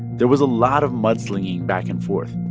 there was a lot of mudslinging back and forth,